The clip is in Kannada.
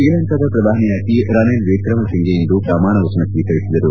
ಶ್ರೀಲಂಕಾದ ಪ್ರಧಾನಿಯಾಗಿ ರಾನೆಲ್ ವಿಕ್ರಮ್ ಸಿಂಫೆ ಇಂದು ಪ್ರಮಾಣ ವಚನ ಸ್ವೀಕರಿದರು